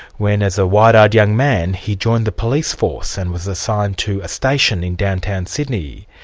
when as a wide-eyed young man, he joined the police force and was assigned to a station in downtown sydney.